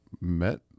met